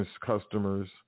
customers